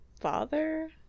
father